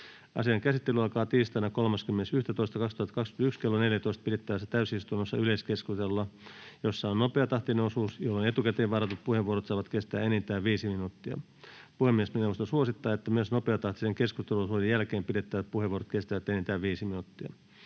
Asian käsittely alkaa tiistaina 30.11.2021 klo 14.00 pidettävässä täysistunnossa yleiskeskustelulla, jossa on nopeatahtinen osuus, jolloin etukäteen varatut puheenvuorot saavat kestää enintään 5 minuuttia. Puhemiesneuvosto suosittaa, että myös nopeatahtisen keskusteluosuuden jälkeen pidettävät puheenvuorot kestävät enintään 5 minuuttia.